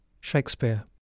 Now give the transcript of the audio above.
Shakespeare